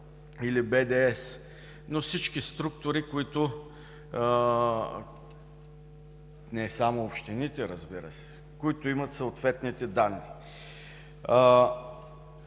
или БДС, но всички структури които не само общините разбира се които имат съответните данни.